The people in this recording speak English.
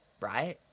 right